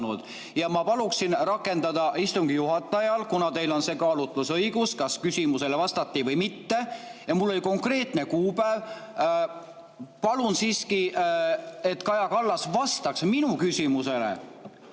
Ma paluksin rakendada istungi juhatajal [oma õigust], kuna teil on see kaalutlusõigus, kas küsimusele vastati või mitte, ja mul oli konkreetne kuupäev. Palun siiski, et Kaja Kallas vastaks minu küsimusele,